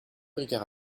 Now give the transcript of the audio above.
ricard